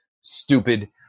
stupid